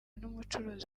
n’umucuruzi